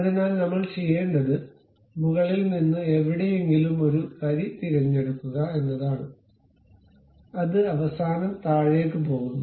അതിനാൽ നമ്മൾ ചെയ്യേണ്ടത് മുകളിൽ നിന്ന് എവിടെയെങ്കിലും ഒരു വരി തിരഞ്ഞെടുക്കുക എന്നതാണ് അത് അവസാനം താഴേക്ക് പോകുന്നു